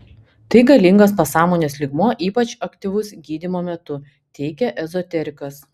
tai galingas pasąmonės lygmuo ypač aktyvus gydymo metu teigia ezoterikas